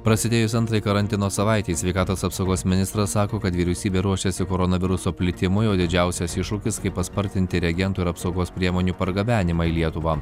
prasidėjus antrai karantino savaitei sveikatos apsaugos ministras sako kad vyriausybė ruošiasi koronaviruso plitimui o didžiausias iššūkis kaip paspartinti regentų ir apsaugos priemonių pargabenimą į lietuvą